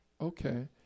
Okay